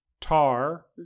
Tar